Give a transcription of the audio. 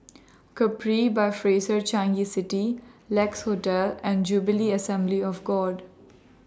Capri By Fraser Changi City Lex Hotel and Jubilee Assembly of God